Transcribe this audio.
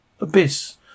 abyss